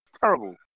Terrible